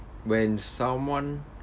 when someone